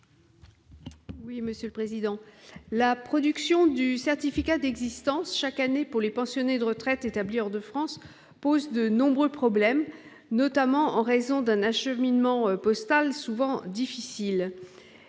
Oui, Monsieur le Président, la production du certificat d'existence chaque année pour les pensionnés de retraite établis hors de France, pose de nombreux problèmes, notamment en raison d'un acheminement postal souvent difficile